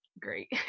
great